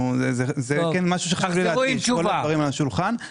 תחזרו עם תשובה.